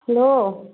hello